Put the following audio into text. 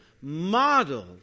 model